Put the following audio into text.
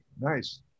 nice